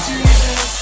Jesus